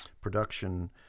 production